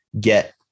get